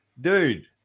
dude